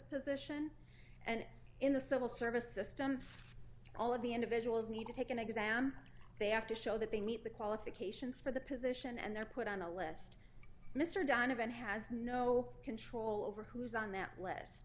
position and in the civil service system all of the individuals need to take an exam they have to show that they meet the qualifications for the position and they're put on the list mr donovan has no control over who's on that list